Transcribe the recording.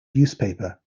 newspaper